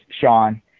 Sean